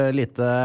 lite